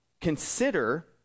consider